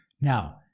Now